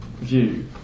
view